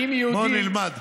בואו נלמד.